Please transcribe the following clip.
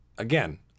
again